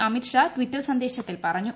Amit Shah Twitter സന്ദേശത്തിൽ പറഞ്ഞു